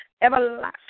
everlasting